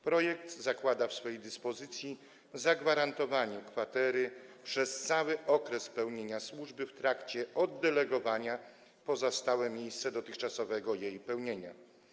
Projekt zakłada w swojej dyspozycji zagwarantowanie kwatery przez cały okres pełnienia służby w trakcie oddelegowania poza stałe miejsce dotychczasowego jej pełnienia.